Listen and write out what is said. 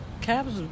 Cabs